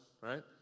right